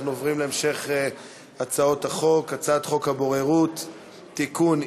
אנחנו עוברים להמשך הצעות החוק: הצעת חוק הבוררות (תיקון,